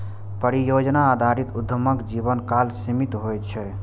परियोजना आधारित उद्यमक जीवनकाल सीमित होइ छै